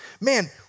Man